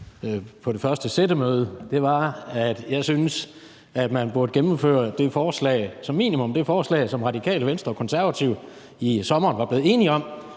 på det første sættemøde, var, at jeg syntes, at man som minimum burde gennemføre det forslag, som Radikale Venstre og Konservative i sommeren var blevet enige om